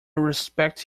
respect